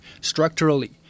structurally